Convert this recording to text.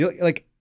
like-